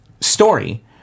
story